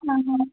ಹಾಂ ಹಾಂ